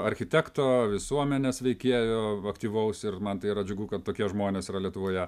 architekto visuomenės veikėjo aktyvaus ir man tai yra džiugu kad tokie žmonės yra lietuvoje